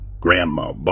grandma